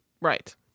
Right